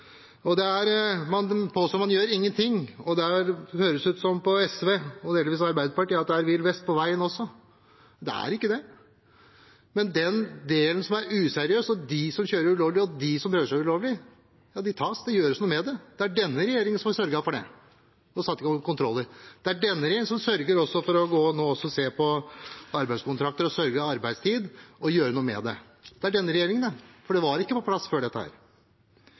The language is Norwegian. har sett det. Man påstår man gjør ingenting, og det høres ut på SV – og delvis Arbeiderpartiet – som om det også er villvest på veien. Det er det ikke. Den delen som er useriøs, og de som kjører ulovlig, og de som prøver å kjøre ulovlig, tas – det gjøres noe med det. Det er denne regjeringen som har sørget for å sette i gang kontroller. Det er denne regjeringen som også sørger for å se på arbeidskontrakter og arbeidstid – og gjøre noe med det. Det er denne regjeringen, det, for dette var ikke på plass før.